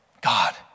God